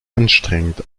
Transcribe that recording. anstrengend